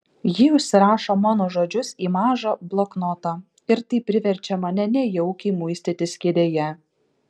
ji užsirašo mano žodžius į mažą bloknotą ir tai priverčia mane nejaukiai muistytis kėdėje